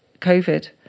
COVID